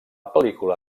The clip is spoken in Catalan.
pel·lícula